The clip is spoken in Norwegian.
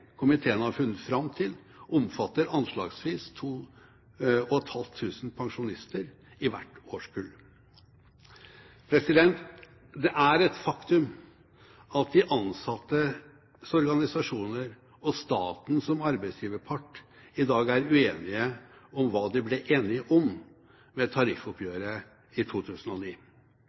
komiteen har funnet fram til, omfatter anslagsvis 2 500 pensjonister i hvert årskull. Det er et faktum at de ansattes organisasjoner og staten som arbeidsgiverpart i dag er uenige om hva de ble enige om ved tariffoppgjøret i 2009.